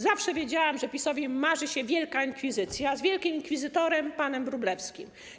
Zawsze wiedziałam, że PiS-owi marzy się wielka inkwizycja z wielkim inkwizytorem - panem Wróblewskim.